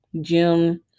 Jim